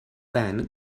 then